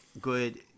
Good